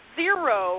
zero